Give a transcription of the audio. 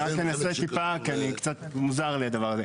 אני רק אנסה טיפה, כי קצת מוזר לי הדבר הזה.